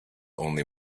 only